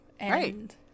Right